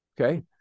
Okay